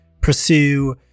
pursue